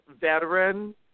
veteran